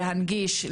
להנגיש,